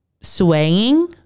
swaying